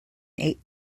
eight